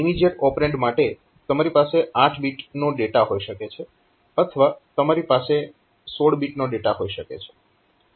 immediate operand માટે તમારી પાસે 8 બીટનો ડેટા હોઈ શકે છે અથવા તમારી પાસે 16 બીટનો ડેટા હોઈ શકે છે